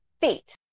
feet